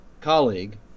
colleague